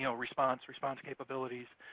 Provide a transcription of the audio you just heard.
you know response, response capabilities,